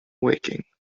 waking